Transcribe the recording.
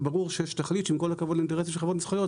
וברור שיש תכלית שעם כל הכבוד לאינטרסים של חברות מסחריות,